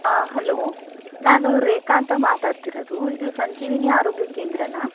hello ನಾನು ರೇಖಾ ಅಂತ ಮಾತಾಡ್ತಿರೋದು ಇದು ಸಂಜೀವಿನಿ ಆರೋಗ್ಯ ಕೇಂದ್ರನಾ